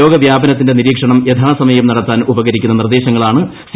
രോഗവ്യാപനത്തിന്റെ നിരീക്ഷണം യഥാസമയം നടത്താൻ ഉപകരിക്കുന്ന നിർദ്ദേശങ്ങളാണ് സി